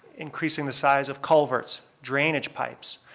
increasing the size of culverts, drainage pipes.